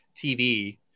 TV